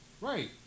Right